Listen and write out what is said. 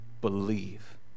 believe